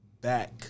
back